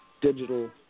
digital